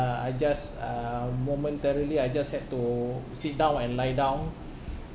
I just uh momentarily I just had to sit down and lie down